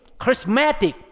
charismatic